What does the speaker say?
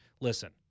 Listen